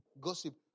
Gossip